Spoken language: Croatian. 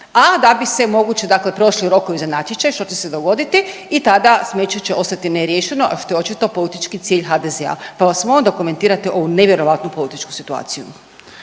a da bi se mogući dakle prošli rokovi za natječaj što će se dogoditi i tada smeće se ostati neriješeno, a što je očito politički cilj HDZ-a, pa vas molim da komentirate ovu nevjerojatnu političku situaciju.